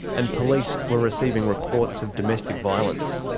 and police were receiving reports of domestic violence.